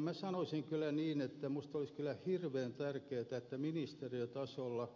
minä sanoisin kyllä niin että minusta olisi hirveän tärkeätä että ministeriötasolla